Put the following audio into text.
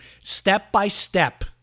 step-by-step